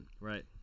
Right